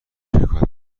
شکایت